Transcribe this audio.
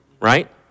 right